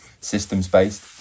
systems-based